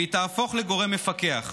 והיא תהפוך לגורם מפקח.